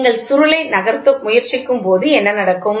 நீங்கள் சுருள் நகர்த்த முயற்சிக்கும்போது என்ன நடக்கும்